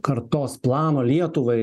kartos plano lietuvai